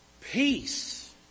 peace